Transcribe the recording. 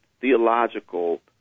theological